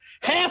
half